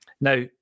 Now